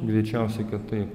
greičiausiai kad taip